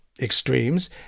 extremes